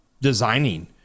designing